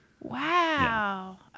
Wow